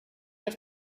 have